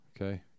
Okay